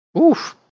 Oof